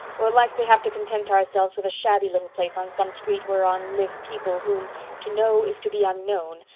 we'll likely have to content ourselves with a shabby little place on some street whereon live people whom to know is to be unknown,